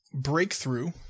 breakthrough